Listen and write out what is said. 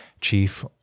chief